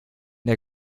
der